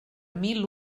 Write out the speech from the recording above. mil